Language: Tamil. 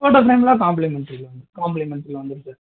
ஃபோட்டோ ப்ரேம்லாம் காம்ப்ளிமெண்ட்ரி தான் காம்ப்லிமெண்ட்ரி வந்துருக்குது